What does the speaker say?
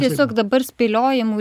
tiesiog dabar spėliojimų